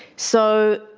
so,